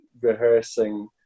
rehearsing